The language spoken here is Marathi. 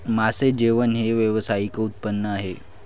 मासे जेवण हे व्यावसायिक उत्पादन आहे